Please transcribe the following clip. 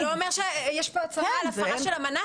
זה לא אומר שיש כאן הצהרה על הפרה של אמנה.